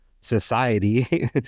society